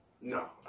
no